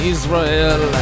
Israel